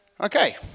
Okay